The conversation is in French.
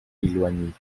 éloignée